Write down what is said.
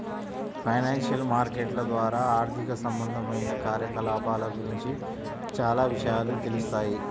financial మార్కెట్ల ద్వారా ఆర్థిక సంబంధమైన కార్యకలాపాల గురించి చానా విషయాలు తెలుత్తాయి